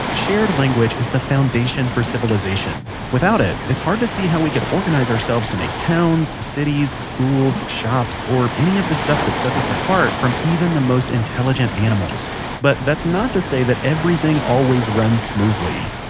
shared language is the foundation for civilization. without it, it's hard to see how we could organise ourselves to make towns, cities, schools, shops, or any of the stuff that sets us apart from even the most intelligent animals but that's not to say that everything always runs smoothly.